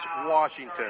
Washington